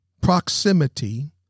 proximity